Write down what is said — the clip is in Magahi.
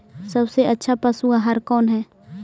सबसे अच्छा पशु आहार कौन है?